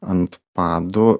ant padų